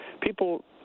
people